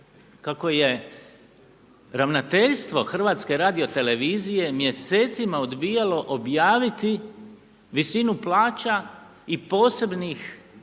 kako je ravnateljsko HRT-a mjesecima odbijalo objaviti visinu plaća i posebnih